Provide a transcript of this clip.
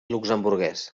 luxemburguès